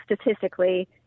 statistically